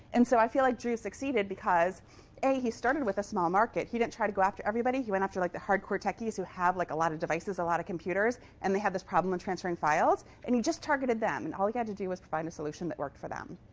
and so i feel like drew succeeded because a, he started with a small market. he didn't try to go after everybody. he went after like the hardcore techies who have like a lot of devices, a lot of computers, and they have this problem in transferring files. and he just targeted them. and all he had to do was provide a solution that worked for them.